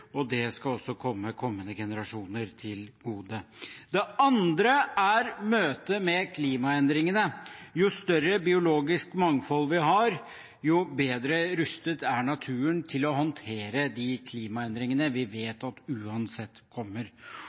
Det skal også komme kommende generasjoner til gode. Det andre er møtet med klimaendringene. Jo større biologisk mangfold vi har, jo bedre rustet er naturen til å håndtere de klimaendringene vi vet uansett kommer.